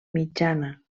mitjana